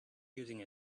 using